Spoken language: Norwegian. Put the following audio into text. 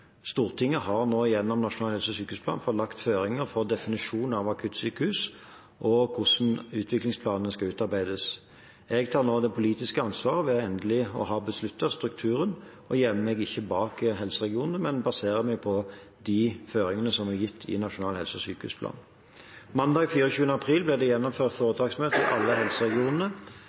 Stortinget har nå, gjennom Nasjonal helse- og sykehusplan, fått lagt føringer for definisjonen av akuttsykehus og hvordan utviklingsplanene skal utarbeides. Jeg tar nå det politiske ansvaret ved endelig å ha besluttet strukturen og gjemmer meg ikke bak helseregionene, men baserer meg på de føringene som er gitt i Nasjonal helse- og sykehusplan. Mandag den 24. april ble det gjennomført foretaksmøte i alle helseregionene.